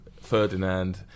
Ferdinand